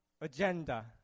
agenda